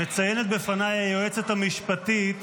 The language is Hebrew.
מציינת בפניי היועצת המשפטית,